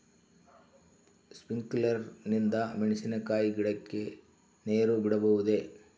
Sprinkler ನಿಂದ ಮೆಣಸಿನಕಾಯಿ ಗಿಡಕ್ಕೆ ನೇರು ಬಿಡಬಹುದೆ?